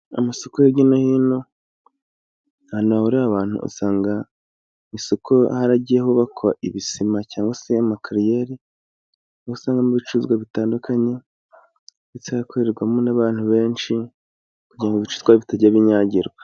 Amasoko hirya no hino. ahantu hahurira abantu usanga isoko haragiye hubakwa ibisima cyangwase makariyeri usangamo ibicuruzwa bitandukanye ndetse hakoreramo n'abantu benshi kugira ngo ibicurutwa bitajya binyagirwa.